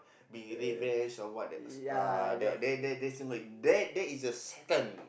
we revenge or what else uh there that that is a that is a satan